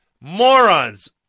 Morons